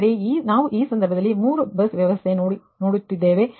ಆದರೆ ನಾವು ಈ ಸಂದರ್ಭದಲ್ಲಿ ಮೂರು ಬಸ್ ಸಮಸ್ಯೆ ನೋಡುತ್ತಿದ್ದೇವೆ